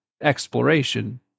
exploration